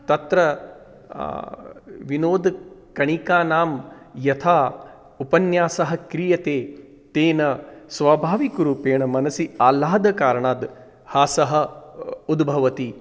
तत्र विनोदकणिकानां यथा उपन्यासः क्रियते तेन स्वाभाविकरूपेण मनसि आह्लादकारणात् हासः उद्भवति